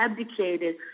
abdicated